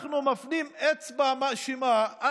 כשאנחנו מפנים אצבע מאשימה,